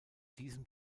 diesem